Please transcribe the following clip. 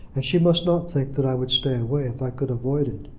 and she must not think that i would stay away if i could avoid it.